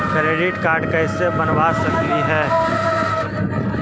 Credit card कैसे बनबा सकली हे?